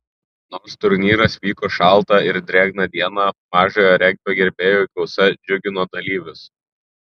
nors turnyras vyko šaltą ir drėgną dieną mažojo regbio gerbėjų gausa džiugino dalyvius